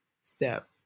step